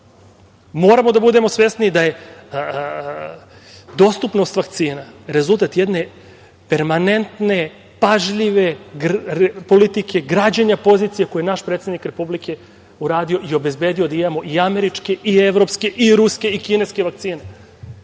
Moramo da budemo svesni da je dostupnost vakcina rezultat jedne permanentne, pažljive politike građenja pozicije, koju je naš predsednik Republike uradio i obezbedio da imamo i američke, i evropske, i ruske i kineske vakcine. Zato